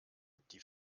die